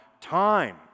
time